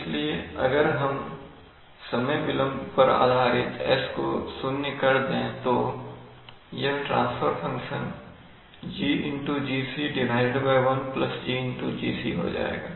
इसलिए अगर हम समय विलंब पर आधारित s को 0 कर दें तो यह ट्रांसफर फंक्शन GGc 1GGc हो जाएगा